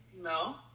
No